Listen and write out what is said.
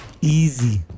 easy